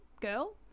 girl